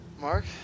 Mark